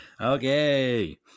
okay